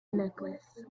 necklace